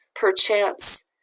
Perchance